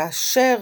כאשר